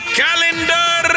calendar